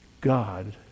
God